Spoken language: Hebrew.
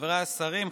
חבריי השרים,